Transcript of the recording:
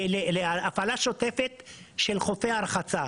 להפעלה שוטפת של חופי הרחצה,